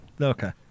Okay